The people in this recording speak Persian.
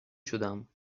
شدم